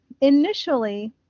initially